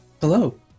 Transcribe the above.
Hello